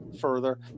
further